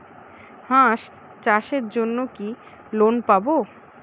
হাঁস চাষের জন্য কি লোন পাব?